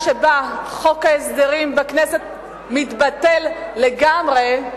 שבה חוק ההסדרים בכנסת מתבטל לגמרי,